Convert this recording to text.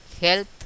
health